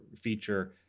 feature